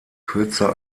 kürzer